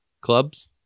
clubs